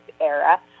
era